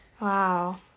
Wow